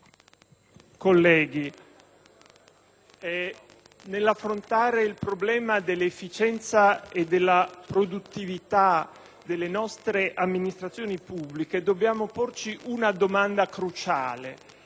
colleghi, nell'affrontare il problema dell'efficienza e della produttività delle nostre amministrazioni pubbliche, dobbiamo porci una domanda cruciale: